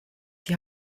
die